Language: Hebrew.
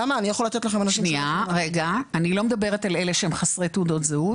אני לא מדברת על אלה שהם חסרי תעודות זהות.